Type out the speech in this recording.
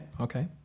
okay